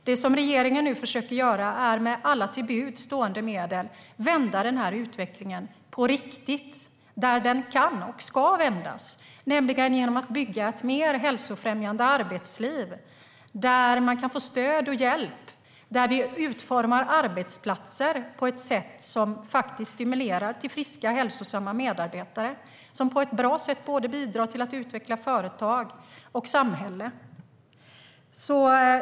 Det som regeringen nu försöker göra är att med alla till buds stående medel vända utvecklingen på riktigt där den kan och ska vändas, nämligen genom att bygga ett mer hälsofrämjande arbetsliv där man kan få stöd och hjälp och genom att utforma arbetsplatser som stimulerar till friska och hälsosamma medarbetare och som på ett bra sätt bidrar till att utveckla både företag och samhälle.